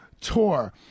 tour